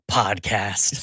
podcast